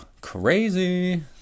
crazy